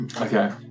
Okay